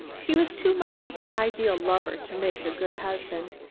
he was too much of the ideal lover to make a good husband.